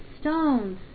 stones